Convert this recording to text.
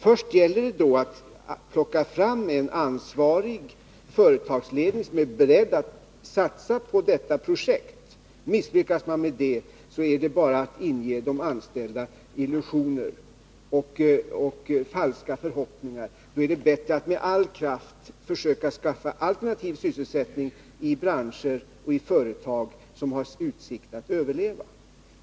Först gäller det att plocka fram en ansvarig företagsledning som är beredd att satsa på detta projekt. Misslyckas man med det, har man bara ingivit de anställda illusioner och falska förhoppningar. Då är det bättre att med all kraft försöka skaffa fram alternativ sysselsättning i branscher och företag som har utsikt att överleva.